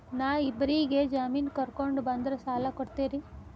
ನಾ ಇಬ್ಬರಿಗೆ ಜಾಮಿನ್ ಕರ್ಕೊಂಡ್ ಬಂದ್ರ ಸಾಲ ಕೊಡ್ತೇರಿ?